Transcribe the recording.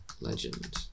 Legend